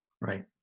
Right